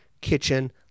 kitchen